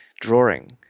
drawing